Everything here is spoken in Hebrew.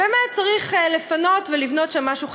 באמת צריך לפנות ולבנות שם משהו חדש,